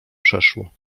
przeszło